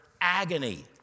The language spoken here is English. agony